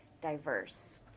diverse